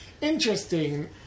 interesting